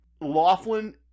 Laughlin